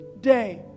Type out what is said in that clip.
day